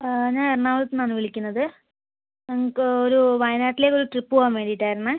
ഞാൻ എറണാകുളത്തിൽ നിന്നാണ് വിളിക്കുന്നത് ഞങ്ങൾക്ക് ഒരു വയനാട്ടിലേക്ക് ഒരു ട്രിപ്പ് പോവാൻ വേണ്ടിയിട്ട് ആയിരുന്നു